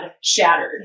shattered